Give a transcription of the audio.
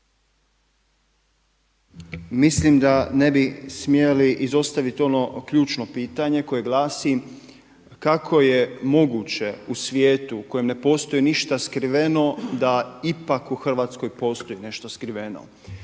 Mislim da ne bi smjeli izostaviti ono ključno pitanje koje glasi kako je moguće u svijetu u kojem ne postoji ništa skriveno da ipak u Hrvatskoj postoji nešto skriveno.